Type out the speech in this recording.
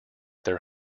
their